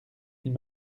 ils